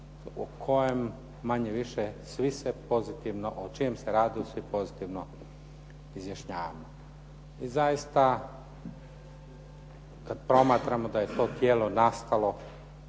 u kojem manje-više svi se pozitivno, o čijem se radu svi pozitivno izjašnjavaju. I zaista, kad promatramo da je to tijelo nastalo